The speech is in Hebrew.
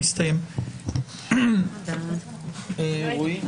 הישיבה ננעלה בשעה 09:55.